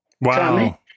Wow